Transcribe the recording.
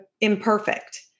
imperfect